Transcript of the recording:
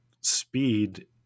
speed